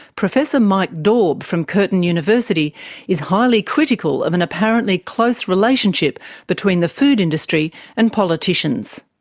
professor mike daube from curtin university is highly critical of an apparently close relationship between the food industry and politicians.